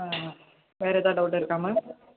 ம் வேறு ஏதாவது டவுட் இருக்கா மேம்